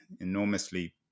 enormously